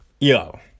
yo